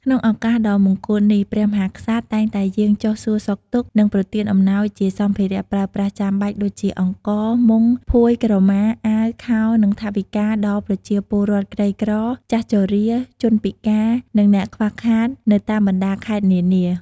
ក្នុងឱកាសដ៏មង្គលនេះ ព្រះមហាក្សត្រតែងតែយាងចុះសួរសុខទុក្ខ និងប្រទានអំណោយជាសម្ភារៈប្រើប្រាស់ចាំបាច់ដូចជា អង្ករ មុង ភួយ ក្រមា អាវ ខោ និងថវិកា ដល់ប្រជាពលរដ្ឋក្រីក្រ ចាស់ជរា ជនពិការ និងអ្នកខ្វះខាតនៅតាមបណ្តាខេត្តនានា។